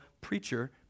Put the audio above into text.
preacher